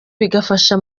bigafasha